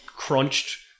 Crunched